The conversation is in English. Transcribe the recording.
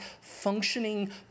functioning